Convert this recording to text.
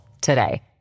today